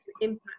impact